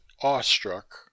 awestruck